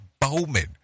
Bowman